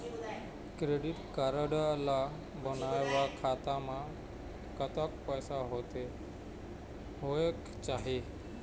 Credit card ला बनवाए खाता मा कतक पैसा होथे होएक चाही?